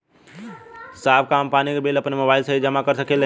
साहब का हम पानी के बिल अपने मोबाइल से ही जमा कर सकेला?